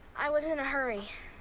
i was in a hurry.